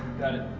got it.